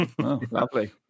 Lovely